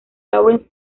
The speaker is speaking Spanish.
lawrence